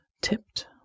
tipped